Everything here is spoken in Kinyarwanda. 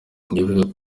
twibuke